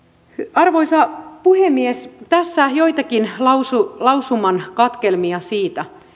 arvoisa puhemies tässä joitakin lausuman lausuman katkelmia siitä